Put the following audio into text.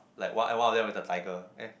like what one of them was a tiger